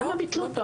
למה ביטלו אותו?